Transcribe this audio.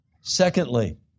Secondly